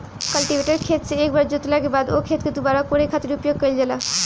cultivator खेत से एक बेर जोतला के बाद ओ खेत के दुबारा कोड़े खातिर उपयोग कईल जाला